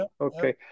okay